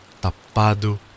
tapado